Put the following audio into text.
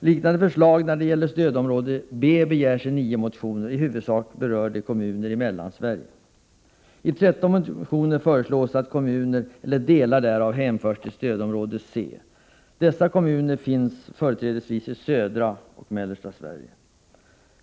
Liknande åtgärd när det gäller stödområde B begärs i nio motioner, som i huvudsak berör kommuner i Mellansverige. I 13 motioner föreslås att kommuner eller delar därav hänförs till stödområde C. Dessa kommuner finns företrädesvis i södra och mellersta Sverige.